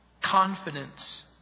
Confidence